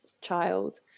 child